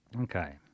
Okay